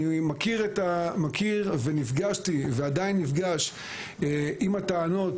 אני מכיר ונפגשתי ועדיין נפגש עם הטענות